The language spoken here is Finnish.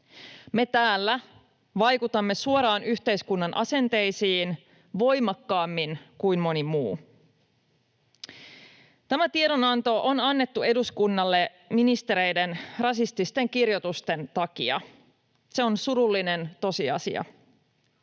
Me täällä vaikutamme suoraan yhteiskunnan asenteisiin, voimakkaammin kuin moni muu. Tämä tiedonanto on annettu eduskunnalle ministereiden rasististen kirjoitusten takia. Se on surullinen tosiasia.